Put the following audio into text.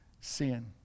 sin